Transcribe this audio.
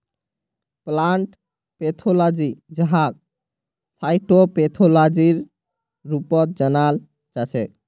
plant pathology जहाक फाइटोपैथोलॉजीर रूपतो जानाल जाछेक